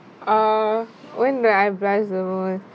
uh when did I blush the most